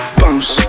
bounce